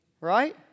Right